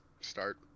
start